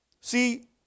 See